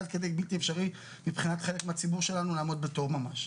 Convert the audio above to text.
עד כדי בלתי אפשרי מבחינת חלק מהציבור שלנו לעמוד בתור ממש.